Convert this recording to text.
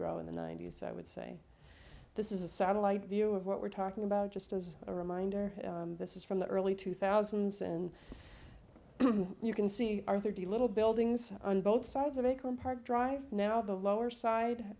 grow in the ninety's so i would say this is a satellite view of what we're talking about just as a reminder this is from the early two thousand and you can see our thirty little buildings on both sides of a compart drive now the lower side